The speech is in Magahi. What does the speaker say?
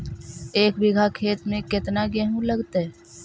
एक बिघा खेत में केतना गेहूं लगतै?